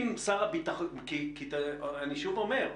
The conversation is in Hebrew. אני שוב אומר,